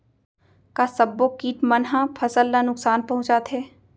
का सब्बो किट मन ह फसल ला नुकसान पहुंचाथे?